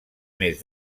més